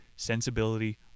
Sensibility